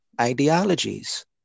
ideologies